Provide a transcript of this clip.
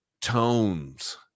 tones